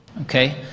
Okay